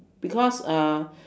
because uh